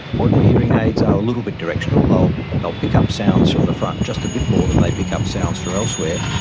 ordinary hearing aids are a little bit directional, they'll pick up sounds from the front, just a bit more than they pick up sounds from elsewhere.